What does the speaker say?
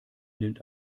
nimmt